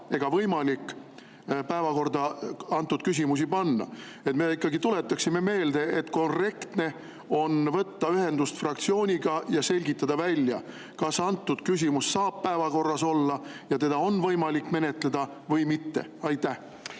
ega võimalik päevakorda antud küsimust panna. Me ikkagi tuletaksime meelde, et korrektne on võtta ühendust fraktsiooniga ja selgitada välja, kas antud küsimus saab päevakorras olla ja ka seda on võimalik menetleda või mitte. Aitäh,